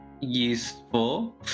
useful